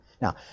Now